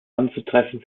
anzutreffen